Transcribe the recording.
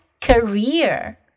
career